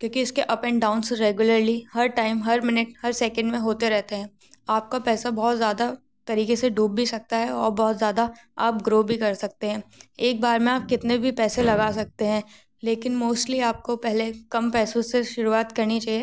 क्योंकि इसके up and downs regularly हर टाइम हर मिनट हर सेकंड में होते रहते हैं आपका पैसा बहुत ज़्यादा तरीके से डूब भी सकता है और बहुत ज़्यादा आप ग्रो भी कर सकते हैं एक बार में आप कितने भी पैसे लगा सकते है लेकिन मोस्टली आपको पहले कम पैसों से शुरुआत करनी चाहिए